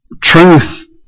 truth